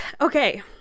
okay